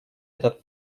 этот